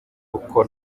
uko